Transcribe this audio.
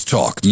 Talk